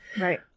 right